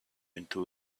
into